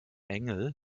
engel